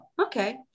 okay